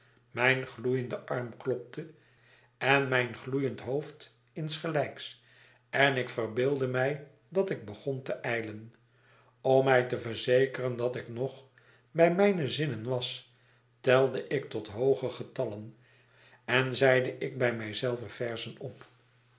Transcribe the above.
mijn gloeiende arm klopte en mijn gloeiend hoofd insgelijks en ik verbeeldde mij dat ik begon te ijlen om mij te verzekeren dat ik nog bij mijne zinnen was telde ik tot hooge getallen en zeide ik bij mij zelven verzen op